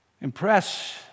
Impress